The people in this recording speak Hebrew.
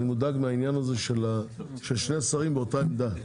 מהעניין הזה של שני שרים באותה עמדה.